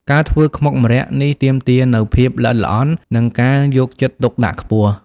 ការធ្វើខ្មុកម្រ័ក្សណ៍នេះ ទាមទារនូវភាពល្អិតល្អន់ និងការយកចិត្តទុកដាក់ខ្ពស់។